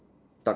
tuck in